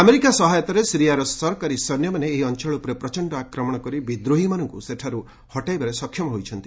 America ସହାୟତାରେ ସିରିଆର ସରକାରୀ ସୈନ୍ୟମାନେ ଏହି ଅଞ୍ଚଳ ଉପରେ ପ୍ରଚଣ୍ଡ ଆକ୍ମଣ କରି ବିଦ୍ରୋହୀମାନଙ୍କୁ ସେଠାରୁ ହଟାଇବାରେ ସକ୍ଷମ ହୋଇଛନ୍ତି